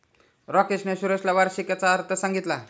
राकेशने सुरेशला वार्षिकीचा अर्थ सांगितला